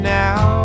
now